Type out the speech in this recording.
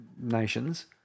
nations